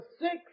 six